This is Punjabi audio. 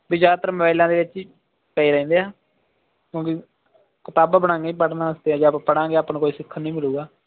ਵੀ ਜ਼ਿਆਦਾਤਰ ਮੋਬਾਇਲਾਂ ਦੇ ਵਿੱਚ ਪਏ ਰਹਿੰਦੇ ਆ ਕਿਉਂਕਿ ਕਿਤਾਬਾਂ ਬਣਾਈਆਂ ਹੀ ਪੜ੍ਹਨ ਵਾਸਤੇ ਜੇ ਆਪਾਂ ਪੜ੍ਹਾਂਗੇ ਆਪਾਂ ਨੂੰ ਕੋਈ ਸਿੱਖਣ ਨੂੰ ਹੀ ਮਿਲੇਗਾ